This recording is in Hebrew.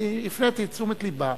הפניתי את תשומת לבה